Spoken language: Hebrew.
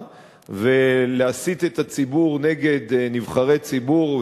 ולהסית את הציבור נגד נבחרי ציבור,